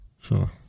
Sure